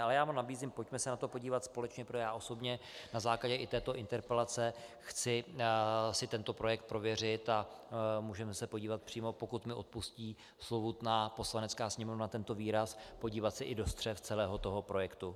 Ale já vám nabízím, pojďme se na to podívat společně, protože já osobně na základě i této interpelace si chci tento projekt prověřit a můžeme se podívat přímo, pokud mi odpustí slovutná Poslanecká sněmovna tento výraz, podívat se i do střev celého toho projektu.